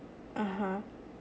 (uh huh)